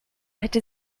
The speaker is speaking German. hätte